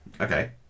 Okay